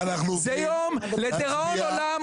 זה יום לדיראון עולם.